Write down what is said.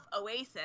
Oasis